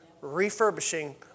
refurbishing